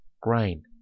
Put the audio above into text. grain